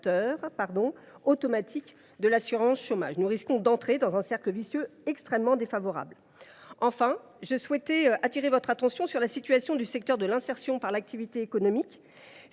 automatique de l’assurance chômage. Nous risquons d’entrer dans un cercle vicieux extrêmement défavorable. Enfin, je veux attirer votre attention, mes chers collègues, sur la situation des acteurs de l’insertion par l’activité économique